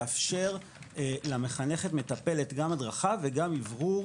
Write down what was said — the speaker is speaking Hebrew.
יאפשר למחנכת מטפלת גם הדרכה וגם אוורור,